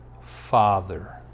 father